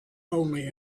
only